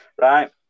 right